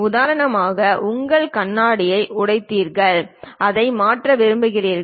உதாரணமாக உங்கள் கண்ணாடியை உடைத்தீர்கள் இதை மாற்ற விரும்புகிறீர்கள்